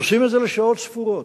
עושים את זה לשעות ספורות.